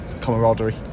camaraderie